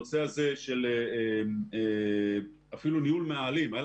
הנושא הזה של אפילו ניהול מעלים הייתה